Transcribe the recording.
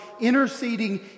interceding